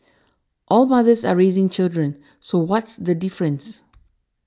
all mothers are raising children so what's the difference